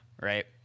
Right